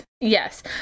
yes